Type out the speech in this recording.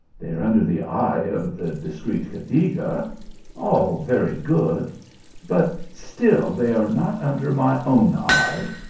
they are under the eye of the discreet cadiga all very good but still they are not under my own eye,